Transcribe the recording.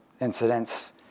incidents